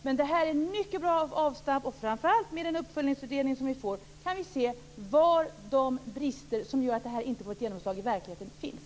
Men detta är ett mycket bra avstamp, och framför allt kan vi med den uppföljningsutredning som vi får se var de brister som gör att detta inte får genomslag i verkligheten finns.